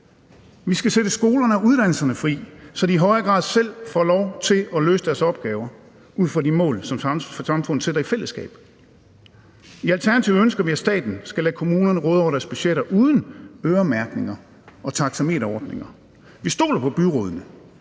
vi skal sætte skolerne og uddannelserne fri, så de i højere grad selv får lov til at løse deres opgaver ud fra de mål, som samfundet sætter i fællesskab. I Alternativet ønsker vi, at staten skal lade kommunerne råde over deres budgetter uden øremærkninger og taxameterordninger. Vi stoler på byrådene